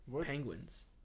Penguins